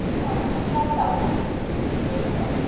why who should i tell it to returned gabriel.